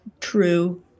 True